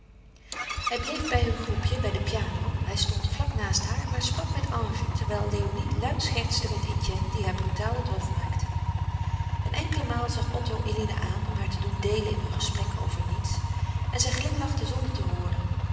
hij bleef bij hun groepje bij de piano hij stond vlak naast haar maar sprak met ange terwijl léonie luid schertste met etienne die haar brutaal het hof maakte een enkele maal zag otto eline aan om haar te doen deelen in hun gesprek over niets en zij glimlachte zonder te hooren